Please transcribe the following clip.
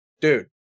dude